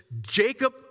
Jacob